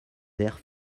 vert